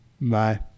bye